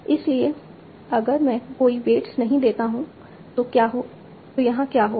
इसलिए अगर मैं कोई वेट्स नहीं देता हूं तो यहां क्या होगा